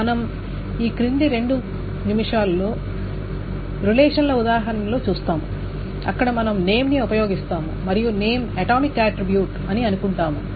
మనం ఈ క్రింది రెండు నిమిషాల్లో రిలేషన్ల ఉదాహరణలు చూస్తాము అక్కడ మనం నేమ్ ను ఉపయోగిస్తాము మరియు నేమ్ అటామిక్ ఆట్రిబ్యూట్ అని అనుకుంటాము